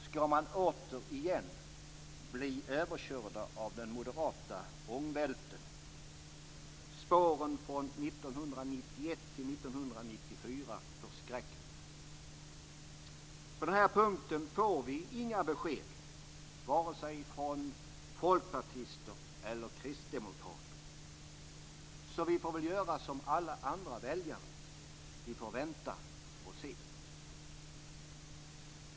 Skall man återigen bli överkörd av den moderata ångvälten? Spåren från 1991-1994 förskräcker. På den här punkten får vi inga besked vare sig från folkpartister eller från kristdemokrater. Så vi får väl göra som övriga väljare: Vi får vänta och se.